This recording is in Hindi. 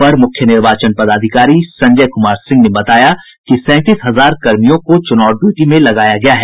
अपर मुख्य निर्वाचन पदाधिकारी संजय कुमार सिंह ने बताया कि सैंतीस हजार कर्मियों को चुनाव ड्यूटी में लगाया गया है